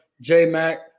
J-Mac